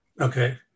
Okay